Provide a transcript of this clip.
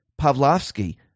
Pavlovsky